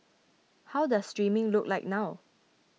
how does streaming look like now